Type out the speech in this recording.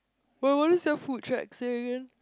wait what does your food shack say again